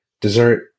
dessert